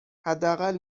حداقل